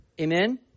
amen